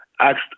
asked